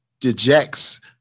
dejects